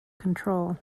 control